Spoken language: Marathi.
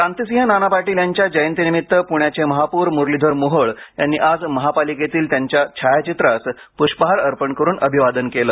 क्रांतीसिंह नाना पाटील यांच्या जयंतीनिमित्त पुण्याचे महापौर मुरलीधर मोहोळ यांनी आज महापालिकेतील त्यांच्या छायाचित्रास प्ष्पहार अर्पण करून अभिवादन केले